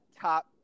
top